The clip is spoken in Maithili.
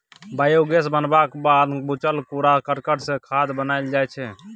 बायोगैस बनबाक बाद बचल कुरा करकट सँ खाद बनाएल जाइ छै